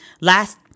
last